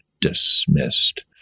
dismissed